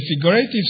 figurative